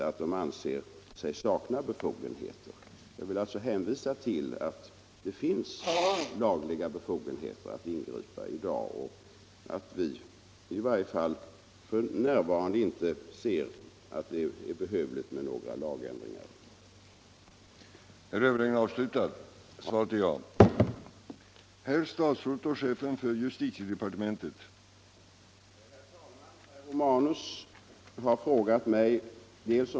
Projekteringsuppdrag har emellertid lämnats för Ljungby och Enköpings polishus, som står längre ned på myndigheternas prioriteringslista. I en rapport den 30 oktober riktar yrkesinspektionen en rad anmärkningar mot lokalerna i Sollentuna och uppmanar polisen att skaffa nya och ändamålsenliga lokaler.